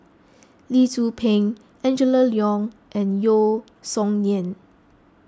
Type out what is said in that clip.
Lee Tzu Pheng Angela Liong and Yeo Song Nian